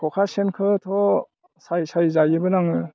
खखा सेनखौथ' सायै सायै जायोमोन आङो